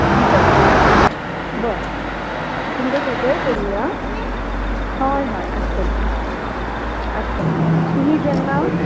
बरें बरें तुमकां सगळें करुयां हय हय आसतलें आसतलें तुमी जेन्ना